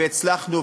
והצלחנו.